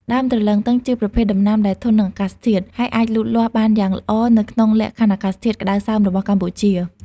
ដើមទ្រលឹងទឹងជាប្រភេទដំណាំដែល ធន់នឹងអាកាសធាតុ ហើយអាចលូតលាស់បានយ៉ាងល្អនៅក្នុងលក្ខខណ្ឌអាកាសធាតុក្តៅសើមរបស់កម្ពុជា។